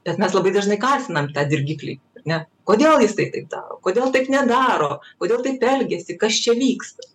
bet mes labai dažnai kaltinam tą dirgiklį ar ne kodėl jis tai taip daro kodėl taip nedaro kodėl taip elgiasi kas čia vyksta